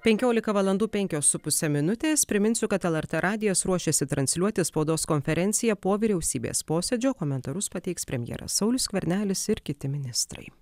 penkiolika valandų penkios su puse minutės priminsiu kad lrt radijas ruošiasi transliuoti spaudos konferenciją po vyriausybės posėdžio komentarus pateiks premjeras saulius skvernelis ir kiti ministrai